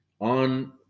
On